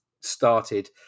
started